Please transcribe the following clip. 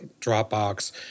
Dropbox